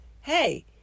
hey